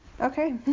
Okay